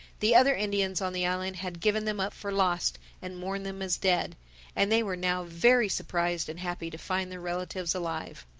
the other indians on the island had given them up for lost and mourned them as dead and they were now very surprised and happy to find their relatives alive.